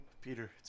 Peter